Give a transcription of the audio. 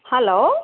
hello